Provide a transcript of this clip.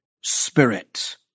Spirit